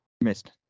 Missed